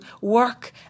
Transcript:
work